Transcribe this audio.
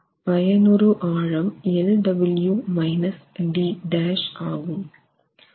பயனுறு ஆழம் l w - d' ஆகும்